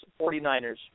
49ers